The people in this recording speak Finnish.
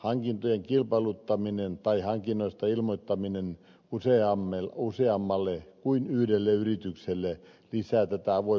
hankintojen kilpailuttaminen tai hankinnoista ilmoittaminen useammalle kuin yhdelle yritykselle lisää tätä avoimuutta